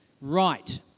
right